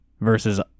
versus